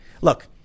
Look